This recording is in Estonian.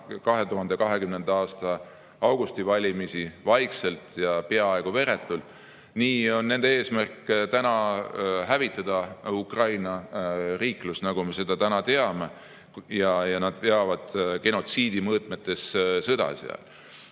2020. aasta augusti valimisi, vaikselt ja peaaegu veretult, nii on nende eesmärk hävitada Ukraina riiklus sellisena, nagu me seda praegu teame, ja nad peavad seal genotsiidi mõõtmetes sõda. Ma